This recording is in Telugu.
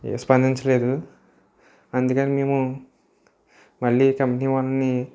స్పందించలేదు అందుకని మేము మళ్ళీ కంపెనీ వాళ్ళనీ